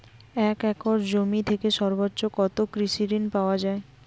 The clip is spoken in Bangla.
এক একর জমি থেকে সর্বোচ্চ কত কৃষিঋণ পাওয়া য়ায়?